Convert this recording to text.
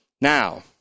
Now